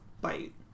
bite